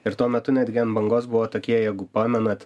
ir tuo metu netgi ant bangos buvo tokie jeigu pamenat